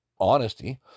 honesty